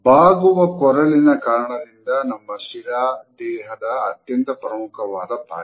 ಬಾಗುವ ಕೊರಳಿನ ಕಾರಣದಿಂದ ನಮ್ಮ ಶಿರ ದೇಹದ ಅತ್ಯಂತ ಪ್ರಮುಖವಾದ ಭಾಗ